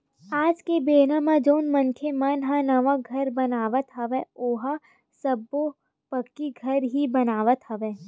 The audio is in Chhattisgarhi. आज के बेरा म जउन मनखे मन ह नवा घर बनावत हवय ओहा सब्बो पक्की घर ही बनावत हवय